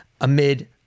amid